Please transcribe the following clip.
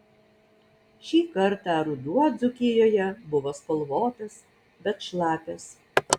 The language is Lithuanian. šį kartą ruduo dzūkijoje buvo spalvotas bet šlapias